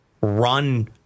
run